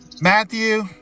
Matthew